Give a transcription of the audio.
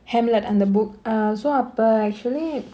hamlet அந்த:antha book uh so அப்ப:appa actually